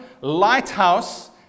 lighthouse